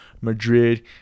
Madrid